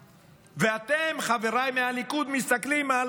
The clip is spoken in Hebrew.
ואתם, חבריי מהליכוד, מסתכלים על